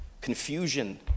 confusion